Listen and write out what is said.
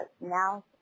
Now